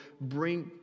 bring